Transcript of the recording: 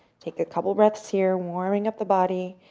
take a couple of breaths here, warming up the body,